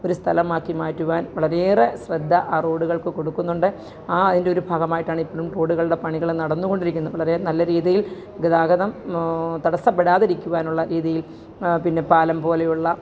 ഒരു സ്ഥലമാക്കി മാറ്റുവാന് വളരെയേറെ ശ്രദ്ധ ആ റോഡുകള്ക്കു കൊടുക്കുന്നുണ്ട് ആ അതിന്റെ ഒരു ഭാഗമായിട്ടാണ് ഇപ്പോഴും റോഡുകളുടെ പണികൾ നടന്നുകൊണ്ടിരിക്കുന്ന വളരെ നല്ല രീതില് ഗതാഗതം തടസ്സപ്പെടാതിരിക്കുവാനുള്ള രീതിയില് പിന്നെ പാലം പോലെയുള്ള